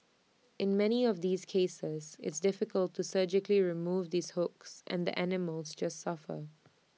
in many of these cases it's difficult to surgically remove these hooks and the animals just suffer